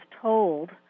told